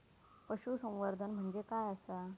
पशुसंवर्धन म्हणजे काय आसा?